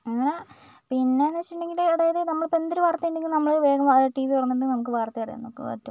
അങ്ങനെ പിന്നെന്ന് വെച്ചിട്ടുണ്ടെങ്കിൽ അതായത് നമ്മളിപ്പോൾ എന്തൊരു വാർത്ത ഉണ്ടെങ്കിലും നമ്മൾ വേഗം വാ ടീ വി തുറന്നിട്ട് നമുക്ക് വാർത്ത അറിയാനൊക്കെ പറ്റും